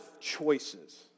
choices